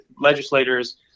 legislators